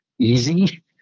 easy